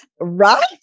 Right